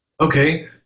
Okay